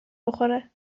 بخوره